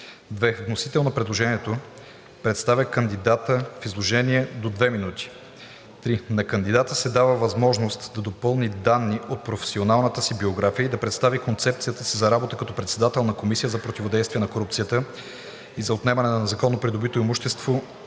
2. Вносител на предложението представя кандидата в изложение до 2 минути. 3. На кандидата се дава възможност да допълни данни от професионалната си биография и да представи концепцията си за работа като председател на Комисията за противодействие на корупцията и за отнемане на незаконно придобитото имущество